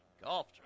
Golf